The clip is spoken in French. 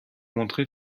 montré